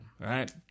right